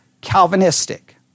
Calvinistic